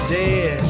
dead